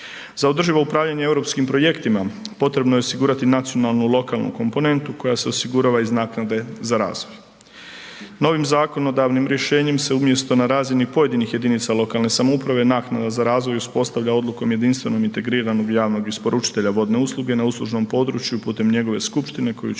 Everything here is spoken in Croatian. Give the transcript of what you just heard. Za održivo upravljanje europskim projektima potrebno je osigurati nacionalnu, lokalnu komponentu koja se osigurava iz naknade za razvoj. Novim zakonodavnim rješenjem se umjesto na razini pojedinih jedinica lokalne samouprave, naknada za razvoj uspostavlja odlukom jedinstvenog integriranog javnog isporučitelja vodne usluge na uslužnom području putem njegove skupštine koju čine